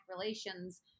Relations